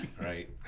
Right